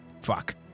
Fuck